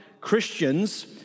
Christians